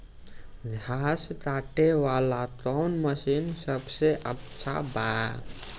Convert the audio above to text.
घास काटे वाला कौन मशीन सबसे अच्छा बा?